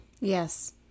yes